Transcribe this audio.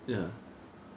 收钱的